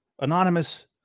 anonymous